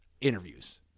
interviews